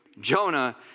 Jonah